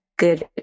good